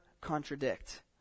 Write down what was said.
contradict